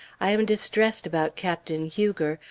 i am distressed about captain huger,